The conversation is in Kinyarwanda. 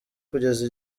kugeza